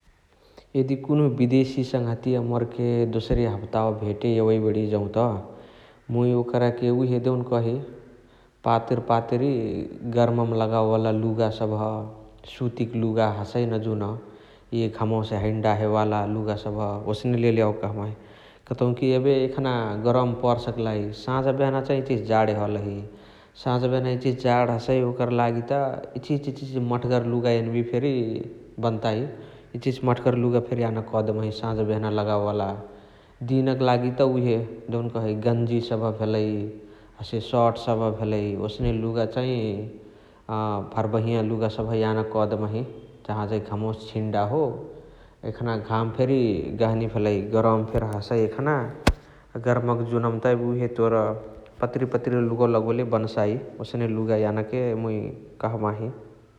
एदी बिदेसी सङ्हतिया मोर्के दोसारी हप्तावा भेते एवइ बणिय जौत मुइ ओकरके उहे देउकही पातरी पातरी गर्ममा लगावे वाला लुगा सबह्, सुतिक लुगा हसइन जुन । इअ घमवसे हैने डाहे वाला लुगा सबह ओसने लेले यावके कहबाही । कतउकी एबे एखाने गरम पर सकलाई साझा बेहना चाइ जाणे हलही । साझा बेहना इचिहिची जाणे हसइ ओकरा लागी त इचिहिची इचिहिची मठगर लुगा यनबिय फेरी बन्ताइ । इचिहिची मठगर लुगा फेरी यनके कदेबही साझा बेहना लगावे वाला । दिनक लागी त उहे देउनकही गन्जी सबह भेलइ हसे सट सबह भेलइ । ओसने लुगा चाइ अ भर्बहिया लुगा सबह यानके कदेबही । जहाजै घमवसे झिन डाहो एखाने घाम फेरी गहनी भेलइ गरम फेरी हसइ एखना । गरमक जुनमा एबे त तोर पतिरी पतिरी लुगवा लगोले बन्साइ ।